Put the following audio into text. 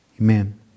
Amen